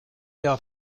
der